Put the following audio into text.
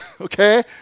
Okay